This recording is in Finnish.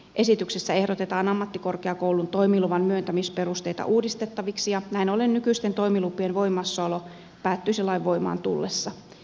esityksessä ehdotetaan ammattikorkeakoulun toimiluvan myöntämisperusteita uudistettaviksi ja näin ollen nykyisten toimilupien voimassaolo päättyisi lain voimaan tullessa